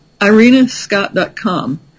Irinascott.com